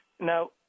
Now